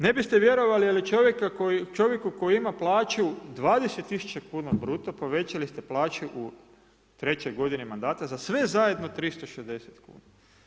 Ne biste vjerovali, ali čovjeku koji ima plaću 20.000,00 kn bruto povećali ste plaću u trećoj godini mandata za sve zajedno 360,00 kn.